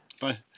Bye